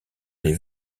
des